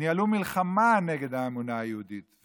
ניהלו מלחמה נגד האמונה היהודית.